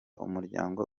umuryango